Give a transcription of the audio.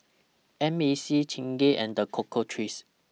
M A C Chingay and The Cocoa Trees